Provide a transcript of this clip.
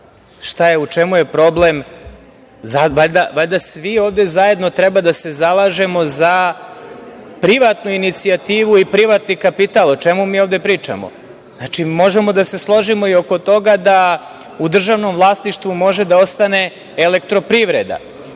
prodato? U čemu je problem, valjda svi ovde zajedno treba da se zalažemo za privatnu inicijativu i privatni kapital. O čemu mi ovde pričamo? Možemo da se složimo i oko toga da u državnom vlasništvu može da ostane elektroprivreda,